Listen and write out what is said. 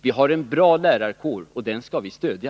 Vi har en bra lärarkår, och den skall vi stödja.